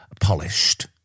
polished